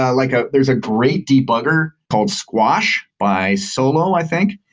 ah like ah there's a great debugger called squash by solo, i think,